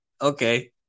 okay